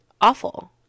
awful